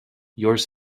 yours